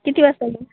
किती वाजता येऊ